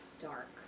dark